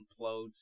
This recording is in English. implodes